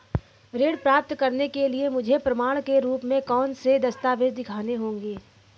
ऋण प्राप्त करने के लिए मुझे प्रमाण के रूप में कौन से दस्तावेज़ दिखाने होंगे?